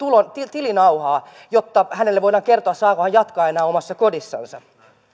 tilinauhaa jotta hänelle voidaan kertoa saako hän jatkaa enää omassa kodissansa